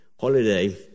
holiday